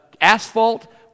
asphalt